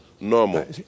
normal